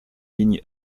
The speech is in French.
ligne